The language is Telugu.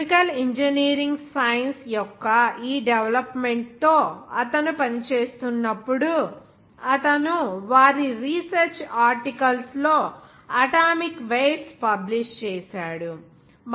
కెమికల్ ఇంజనీరింగ్ సైన్స్ యొక్క ఈ డెవలప్మెంట్ తో అతను పనిచేస్తున్నప్పుడు అతను వారి రీసెర్చ్ ఆర్టికల్స్ లో అటామిక్ వెయిట్స్ పబ్లిష్ చేసాడు